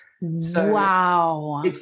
Wow